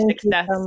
success